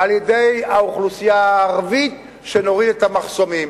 ועל-ידי האוכלוסייה הערבית, שנוריד את המחסומים.